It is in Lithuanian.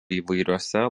įvairiose